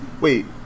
Wait